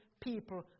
people